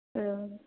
औ